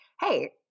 hey